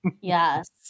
Yes